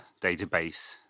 database